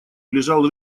лежал